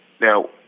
Now